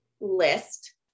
list